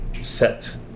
set